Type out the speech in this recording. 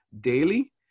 daily